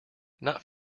not